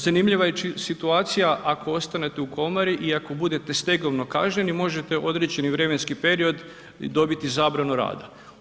Zanimljiva je situacija, ako ostanete u komori i ako budete stegovno kažnjeni, možete određeni vremenski period dobiti zabranu rada.